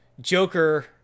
Joker